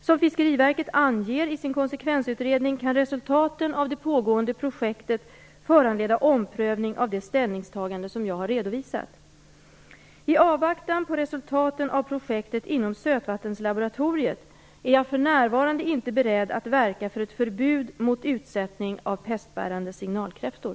Som Fiskeriverket anger i sin konsekvensutredning kan resultaten av det pågående projektet föranleda omprövning av det ställningstagande som jag har redovisat. I avvaktan på resultaten av projektet inom sötvattenslaboratoriet är jag för närvarande inte beredd att verka för ett förbud mot utsättning av pestbärande signalkräftor.